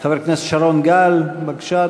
חבר הכנסת שרון גל, בבקשה,